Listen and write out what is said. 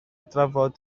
drafod